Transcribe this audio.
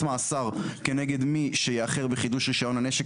מאסר כנגד מי שיאחר בחידוש רישיון הנשק